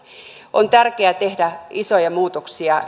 on tärkeää tehdä isoja muutoksia